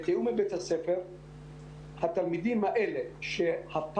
בתיאום עם בית הספר התלמידים האלה שלגביהם